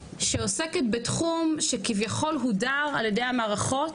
שעוסקת בתחום שכביכול הודר ע"י המערכות,